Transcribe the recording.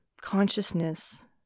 consciousness